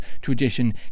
tradition